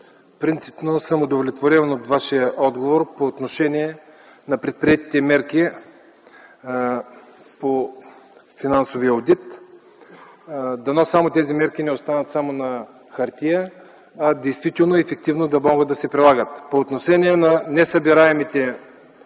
принципно към удовлетворен от Вашия отговор по отношение на предприетите мерки по финансовия одит. Дано тези мерки не останат само на хартия, а действително ефективно да могат да се прилагат. По отношение на несъбираемите